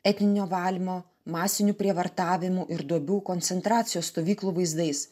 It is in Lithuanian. etninio valymo masinių prievartavimų ir duobių koncentracijos stovyklų vaizdais